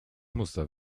muster